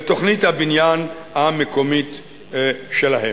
הבניין המקומית שלהם.